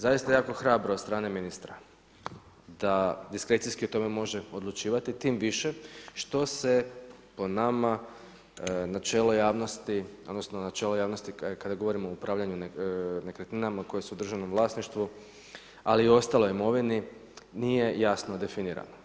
Zaista jako hrabro od strane ministra da diskrecijski o tome može odlučivati tim više što se po nama načelo javnosti odnosno načelo javnosti kada govorimo o upravljanju nekretninama koje su u državnom vlasništvu ali i o staloj imovini nije jasno definirano.